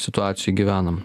situacijoj gyvenam